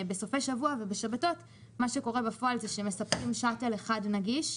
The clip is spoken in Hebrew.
בסופי שבוע ובשבתות מה שקורה בפועל זה שמספקים שאטל אחד נגיש,